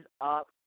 up